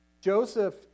Joseph